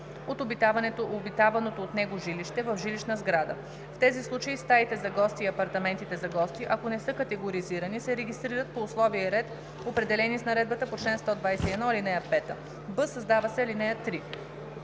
от обитаваното от него жилище в жилищна сграда. В тези случаи стаите за гости и апартаментите за гости, ако не са категоризирани, се регистрират по условия и ред, определени с наредбата по чл. 121, ал. 5.“; б) създава се ал. 3: